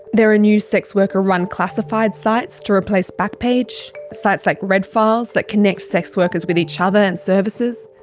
there are new sex worker run classified sites to replace backpage, sites like red files that connect sex workers with each other and services,